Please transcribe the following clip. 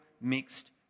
mixed